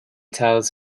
tells